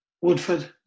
Woodford